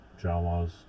Jawas